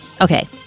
Okay